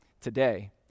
today